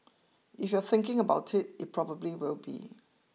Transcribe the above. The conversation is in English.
if you're thinking about it it probably will be